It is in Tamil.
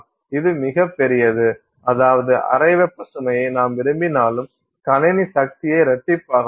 இது மிகப்பெரியது அதாவது அரை வெப்ப சுமையை நாம் விரும்பினாலும் கணினி சக்தியை இரட்டிப்பாக்கலாம்